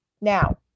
Now